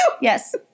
Yes